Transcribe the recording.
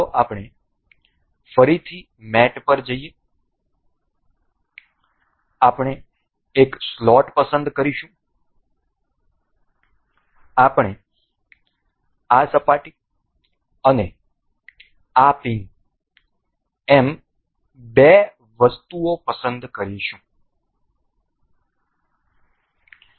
ચાલો આપણે ફરીથી મેટ પર જઈએ આપણે એક સ્લોટ પસંદ કરીશું આપણે આ સપાટી અને આ પિન એમ બે વસ્તુઓ પસંદ કરીશું